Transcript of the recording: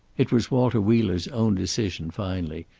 it was walter wheeler's own decision, finally,